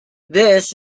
this